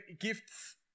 gifts